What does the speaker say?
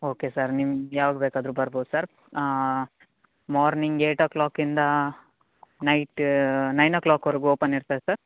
okay sir ನಿಮ್ಗೆ ಯಾವಾಗ ಬೇಕಾದರು ಬರ್ಬೌದು ಸರ್ ಮಾರ್ನಿಂಗ್ ಏಯ್ಟ್ ಓ ಕ್ಲಾಕಿಂದ ನೈಟ್ ನೈನ್ ಒ ಕ್ಲಾಕ್ವರೆಗು ಓಪನ್ ಇರ್ತದೆ ಸರ್